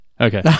Okay